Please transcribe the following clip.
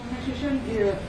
pone šešelgi